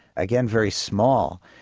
again very small.